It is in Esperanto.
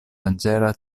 danĝera